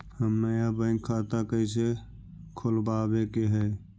हम नया बैंक खाता कैसे खोलबाबे के है?